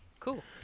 Cool